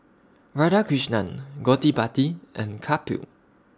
Radhakrishnan Gottipati and Kapil